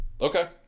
Okay